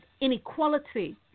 inequality